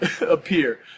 appear